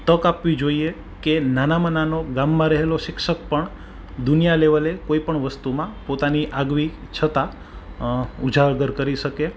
તક આપવી જોઈએ કે નાનામાં નાનો ગામમાં રહેલો શિક્ષક પણ દુનિયા લેવલે કોઈપણ વસ્તુમાં પોતાની આગવી છતા ઉજાગર કરી શકે